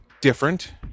different